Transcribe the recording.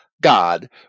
God